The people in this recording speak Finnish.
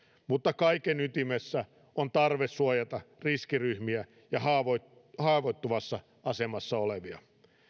mutta kaiken ytimessä on tarve suojata riskiryhmiä ja haavoittuvassa haavoittuvassa asemassa olevia